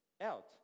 out